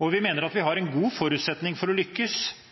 og vi mener at vi har en god forutsetning for å lykkes